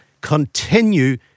continue